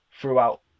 throughout